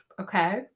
okay